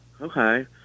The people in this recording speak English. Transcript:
Okay